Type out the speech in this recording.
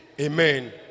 Amen